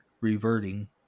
reverting